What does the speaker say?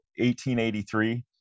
1883